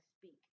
speak